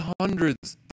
hundreds